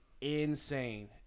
insane